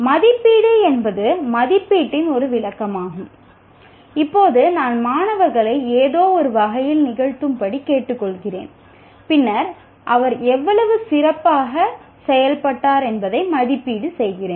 மதிப்பாய்வு என்பது மதிப்பீட்டின் ஒரு விளக்கமாகும் இப்போது நான் மாணவர்களை ஏதோ ஒரு வகையில் நிகழ்த்தும்படி கேட்டுக்கொள்கிறேன் பின்னர் அவர் எவ்வளவு சிறப்பாக செயல்பட்டார் என்பதை மதிப்பாய்வு செய்கிறேன்